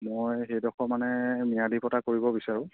মই সেইডোখৰ মানে ম্যাদী পাট্টালৈ কৰিব বিচাৰোঁ